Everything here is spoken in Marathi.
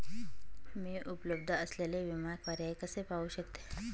मी उपलब्ध असलेले विमा पर्याय कसे पाहू शकते?